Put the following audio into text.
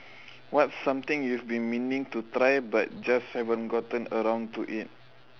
what's something you've been meaning to try but just haven't gotten around to eat